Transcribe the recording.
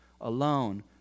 alone